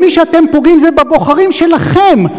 במי שאתם פוגעים זה בבוחרים שלכם,